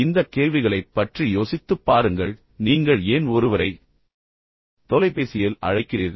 இந்தக் கேள்விகளைப் பற்றி யோசித்துப் பாருங்கள் நீங்கள் ஏன் ஒருவரை தொலைபேசியில் அழைக்கிறீர்கள்